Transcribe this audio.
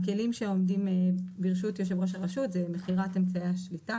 הכלים שעומדים ברשות יושב ראש הרשות זה מכירת אמצעי השליטה,